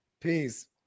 Peace